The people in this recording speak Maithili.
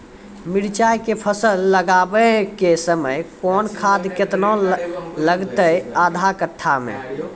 मिरचाय के फसल लगाबै के समय कौन खाद केतना लागतै आधा कट्ठा मे?